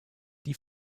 die